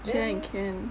can can